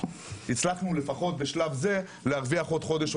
הצלחנו לפחות בשלב זה להרוויח עוד חודש או